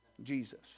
jesus